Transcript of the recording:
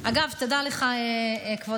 אגב, תדע לך, כבוד